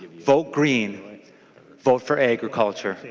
vote green vote for agriculture.